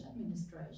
administration